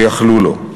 ויכלו לו.